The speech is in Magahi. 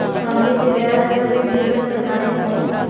हमनी के ब्याज दर के विवरण बताही हो?